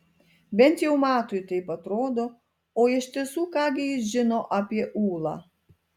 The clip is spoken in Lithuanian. bent jau matui taip atrodo o iš tiesų ką gi jis žino apie ūlą